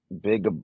big